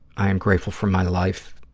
i am grateful for my life.